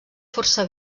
força